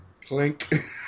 Clink